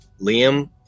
Liam